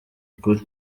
ukuri